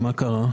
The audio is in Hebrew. מה קרה?